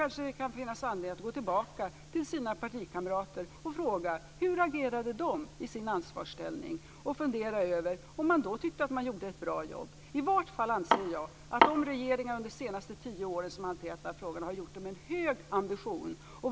Kanske det kan finnas anledning för henne att gå tillbaka till sina partikamrater och fråga hur de agerade i sin ansvarsställning och be dem fundera över om de då tyckte att de gjorde ett bra jobb. I varje fall anser jag att de regeringar som under de senaste tio åren har hanterat de här frågorna har gjort det med en hög ambition.